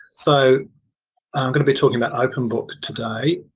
so i'm going to be talking about openbook today.